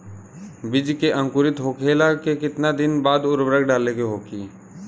बिज के अंकुरित होखेला के कितना दिन बाद उर्वरक डाले के होखि?